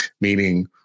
meaning